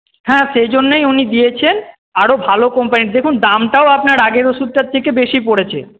হ্যাঁ সেজন্যেই উনি দিয়েছেন আরও ভালো কোম্পানির দেখুন দামটাও আপনার আগের ওষুধটার থেকে বেশি পড়েছে